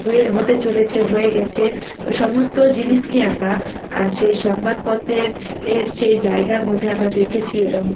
হয়ে হতে চলেছে হয়ে গেছে ওই সমস্ত জিনিসকে আমরা সেই সংবাদপত্রের এর সেই জায়গার মধ্যে আমরা দেখেছি এবং